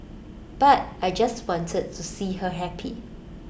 but I just wanted to see her happy